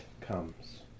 comes